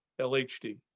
LHD